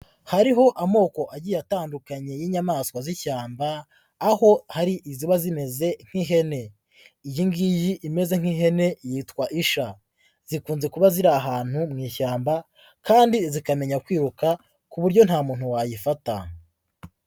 Hariho amoko agiye atandukanye y'inyamaswa z'ishyamba, aho hari iziba zimeze nk'ihene, iyi ngiyi imeze nk'ihene yitwa isha, zikunze kuba ziri ahantu mu ishyamba kandi zikamenya kwiruka ku buryo nta muntu wayifata.